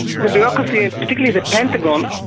the bureaucracy, and particularly the pentagon,